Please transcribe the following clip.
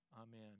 Amen